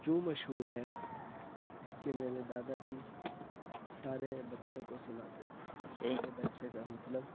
جوں مشہور ہے کہ میرے دادا جی سارے بچوں کو سناتے تھے سارے بچے کا مطلب